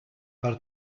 per